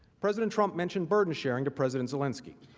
president trump mentioned burden sharing to president zelensky.